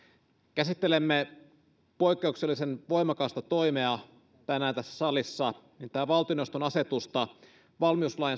käsittelemme poikkeuksellisen voimakasta toimea tänään tässä salissa nimittäin valtioneuvoston asetusta valmiuslain